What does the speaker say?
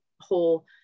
whole